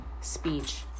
speech